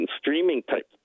streaming-type